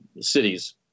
cities